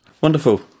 Wonderful